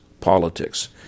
politics